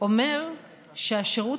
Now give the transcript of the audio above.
אומר שהשירות